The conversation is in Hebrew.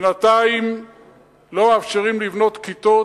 בינתיים לא מאפשרים לבנות כיתות.